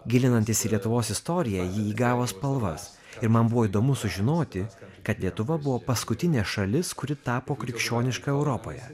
gilinantis į lietuvos istoriją ji įgavo spalvas ir man buvo įdomu sužinoti kad lietuva buvo paskutinė šalis kuri tapo krikščioniška europoje